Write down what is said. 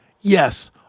yes